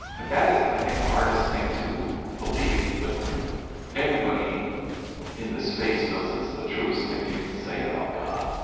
and that is, i think, the hardest thing to believe, but everybody in this space knows it's the truest thing you can say about god